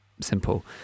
simple